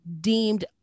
deemed